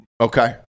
Okay